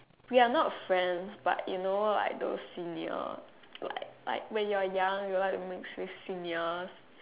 we are not friends but you know like those seniors like like when you are young you like to mix with seniors